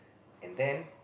and then